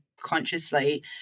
consciously